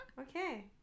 okay